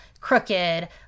crooked